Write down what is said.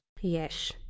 yes